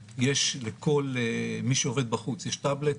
לכל מי שעובד בחוץ יש טאבלט.